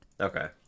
Okay